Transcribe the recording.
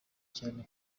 cyane